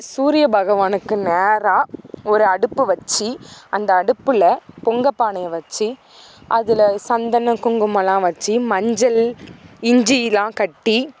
சூரிய பகவானுக்கு நேராக ஒரு அடுப்பு வச்சு அந்த அடுப்பில் பொங்கப் பானையை வச்சு அதில் சந்தனம் குங்குமம் எல்லாம் வச்சு மஞ்சள் இஞ்சி எல்லாம் கட்டி